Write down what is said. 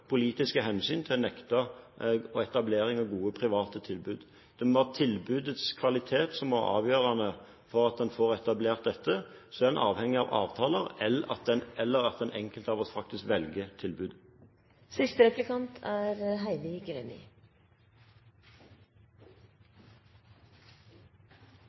politiske hensyn til å nekte etablering av gode private tilbud. Det må være tilbudets kvalitet som er avgjørende for at en får etablert dette. Så er en avhengig av avtaler eller av at den enkelte av oss faktisk velger tilbud. Høyre har hevdet at dagens kommunestruktur er